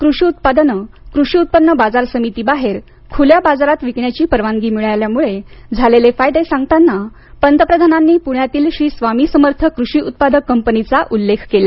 कृषी उत्पादनं कृषी उत्पन्न बाजार समितीबाहेर खुल्या बाजारात विकण्याची परवानगी मिळाल्यामुळे झालेले फायदे सांगताना पंतप्रधानांनी पृण्यातील श्री स्वामी समर्थ कृषी उत्पादक कंपनीचा उल्लेख केला